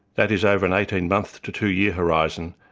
that is over an eighteen month to two year horizon,